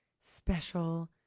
special